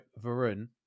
Varun